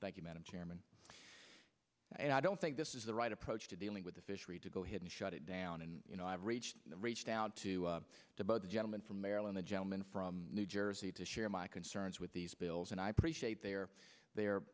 chairman and i don't think this is the right approach to dealing with the fishery to go ahead and shut it down and you know i've reached out to to both the gentleman from maryland the gentleman from new jersey to share my concerns with these bills and i appreciate their their